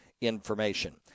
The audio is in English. information